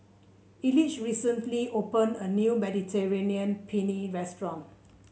Elige recently opened a new Mediterranean Penne Restaurant